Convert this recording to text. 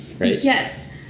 Yes